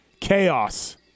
chaos